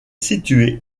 située